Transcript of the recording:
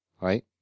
right